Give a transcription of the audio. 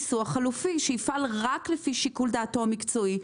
אז אני מציעה לך ניסוח חלופי שיפעל רק לפי שיקול דעתו המקצועי,